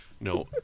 no